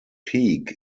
peak